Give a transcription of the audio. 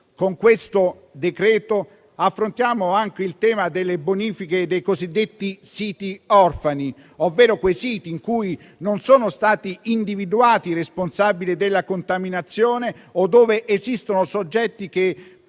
Con questo decreto affrontiamo anche il tema delle bonifiche dei cosiddetti siti orfani, ovvero quei siti in cui non sono stati individuati i responsabili della contaminazione o dove non esistono soggetti che